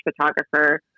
photographer